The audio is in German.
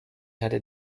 hatte